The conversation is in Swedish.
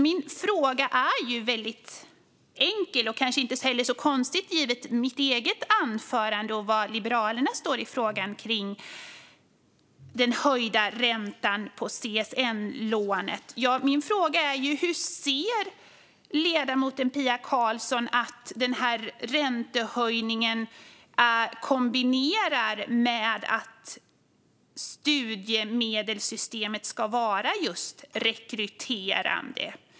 Min fråga är väldigt enkel och kanske inte så konstig givet mitt eget anförande och var Liberalerna står i frågan om den höjda räntan på CSN-lånen. Min fråga är: Hur ser ledamoten Pia Karlsson att denna räntehöjning går ihop med att studiemedelssystemet ska vara just rekryterande?